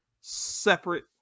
separate